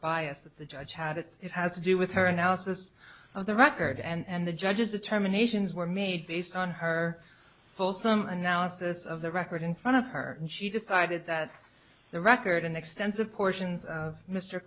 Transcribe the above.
that the judge had it's it has to do with her analysis of the record and the judge's determinations were made based on her fulsome analysis of the record in front of her and she decided that the record an extensive portions of mr